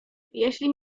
jeśli